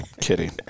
Kidding